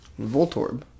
Voltorb